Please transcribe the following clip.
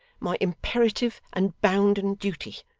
my imperative and bounden duty.